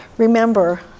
Remember